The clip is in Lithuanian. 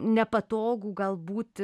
nepatogų galbūt